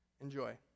enjoy